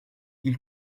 ils